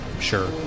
sure